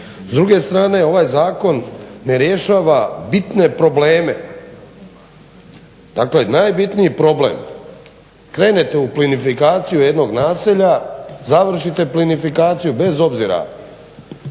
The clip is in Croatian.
S druge strane ovaj zakon ne rješava bitne probleme. Dakle najbitniji problem, krenete u plinifikaciju jednog naselja, završiti plinifikaciju bez obzira